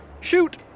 Shoot